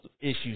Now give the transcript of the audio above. issues